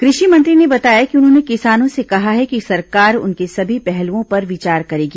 कृषि मंत्री ने बताया कि उन्होंने किसानों से कहा है कि सरकार उनके सभी पहलुओं पर विचार करेगी